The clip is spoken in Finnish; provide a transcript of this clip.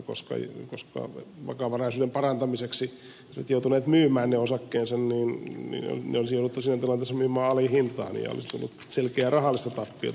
koska vakavaraisuuden parantamiseksi ne olisivat joutuneet myymään ne osakkeensa ne olisi jouduttu siinä tilanteessa myymään alihintaan ja olisi tullut selkeää rahallista tappiota